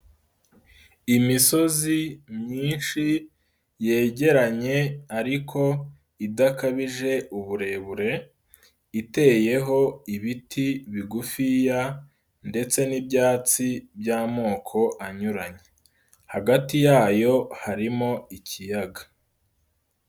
Imisozi myinshi, yegeranye ariko idakabije uburebure, iteyeho ibiti bigufiya ndetse n'ibyatsi by'amoko anyuranye. Hagati yayo harimo ikiyaga.